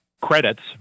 credits